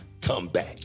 comeback